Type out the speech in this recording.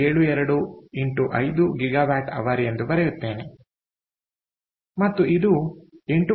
72 x 5 GW hr ಎಂದು ಬರೆಯುತ್ತೇನೆ ಮತ್ತು ಇದು 8